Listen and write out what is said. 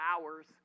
hours